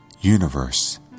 universe